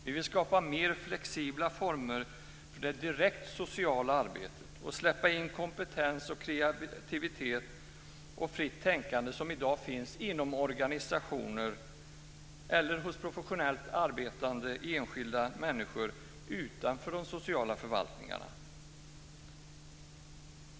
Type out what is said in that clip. Vi vill skapa mer flexibla former för det direkt sociala arbetet och släppa in kompetens, kreativitet och fritt tänkande, som i dag finns inom organisationer eller hos professionellt arbetande enskilda människor utanför de sociala förvaltningarna.